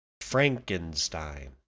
Frankenstein